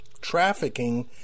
trafficking